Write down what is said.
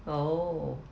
oh